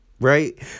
right